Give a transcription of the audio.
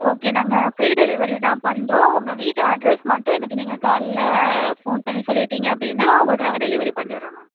okay நாங்கள் free delivery தான் பண்ணுறோம் உங்கள் வீட்டு அட்ரஸ் மட்டும் எனக்கு நீங்கள் காலைல ஃபோன் பண்ணி சொல்லிவிட்டீங்க அப்படின்னா உங்களுக்கு நாங்கள் டெலிவரி பண்ணிடுறோம் மேம்